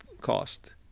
cost